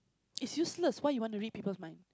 is useless why you wanna read people's mind